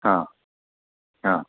हां हां